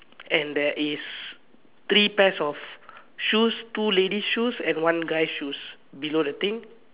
and there is three pairs of shoes two ladies shoes and one guys shoes below the thing